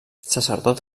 sacerdot